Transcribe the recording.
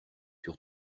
sur